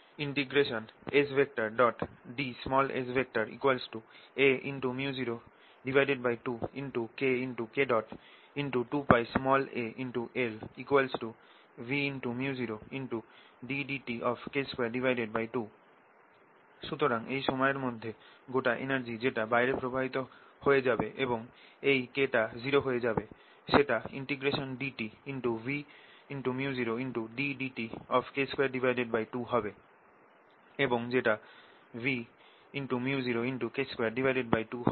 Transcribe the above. Sds aµ02KK×2πal Vµ0ddtK22 সুতরাং এই সময়ের মধ্যে গোটা এনার্জি যেটা বাইরে প্রবাহিত হয়ে যাবে এবং এই K টা হয়ে 0 যাবে সেটা dt Vµ0ddtK22 হবে এবং যেটা Vµ0K22 হবে